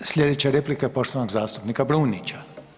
Slijedeća replika je poštovanog zastupnika Brumnića.